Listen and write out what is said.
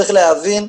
צריך להבין,